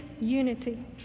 unity